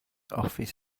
office